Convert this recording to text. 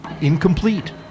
incomplete